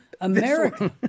America